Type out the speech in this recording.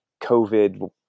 COVID